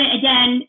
again